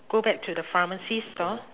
go back to the pharmacy store